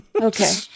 Okay